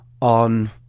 on